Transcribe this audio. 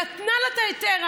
נתנה לה את ההיתר,